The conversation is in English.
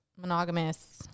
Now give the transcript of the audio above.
monogamous